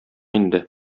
инде